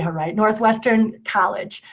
ah right. northwestern college.